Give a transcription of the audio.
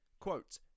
quote